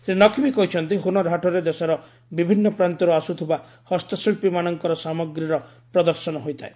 ଶ୍ରୀ ନକ୍ବୀ କହିଛନ୍ତି ହୁନରହାଟରେ ଦେଶର ବିଭିନ୍ନ ପ୍ରାନ୍ତରୁ ଆସୁଥିବା ହସ୍ତଶିଳ୍ପୀ ମାନଙ୍କର ସାମଗ୍ରୀର ପ୍ରଦର୍ଶନ ହୋଇଥାଏ